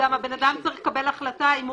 ושם אדם גם צריך לקבל החלטה אם הוא